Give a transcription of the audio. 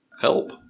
help